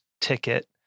ticket